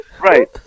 Right